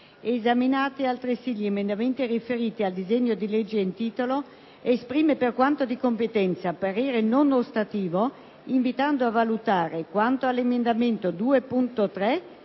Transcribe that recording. Esaminati, altresì, gli emendamenti riferiti al disegno di legge in titolo, esprime, per quanto di competenza, parere non ostativo, invitando a valutare, quanto all'emendamento 2.3,